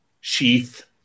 sheath